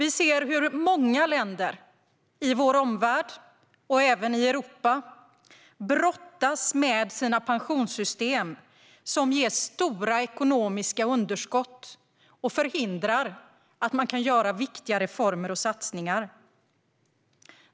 Vi ser hur många länder i vår omvärld, inklusive Europa, brottas med sina pensionssystem, som ger stora ekonomiska underskott och förhindrar att man kan göra viktiga reformer och satsningar.